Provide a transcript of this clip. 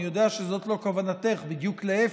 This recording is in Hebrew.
אני יודע שזאת לא כוונתך, בדיוק להפך,